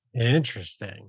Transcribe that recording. Interesting